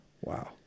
Wow